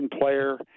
player